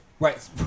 Right